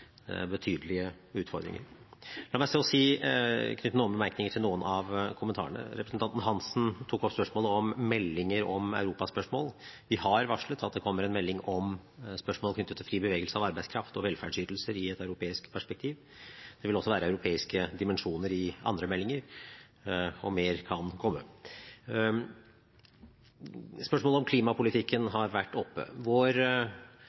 betydelige utfordringer. La meg så knytte noen bemerkninger til noen av kommentarene. Representanten Hansen tok opp spørsmålet om meldinger om europaspørsmål. Vi har varslet at det kommer en melding om spørsmål knyttet til fri bevegelse av arbeidskraft og velferdsytelser i et europeisk perspektiv. Det vil også være europeiske dimensjoner i andre meldinger, og mer kan komme. Spørsmålet om klimapolitikken har vært oppe.